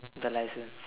the licence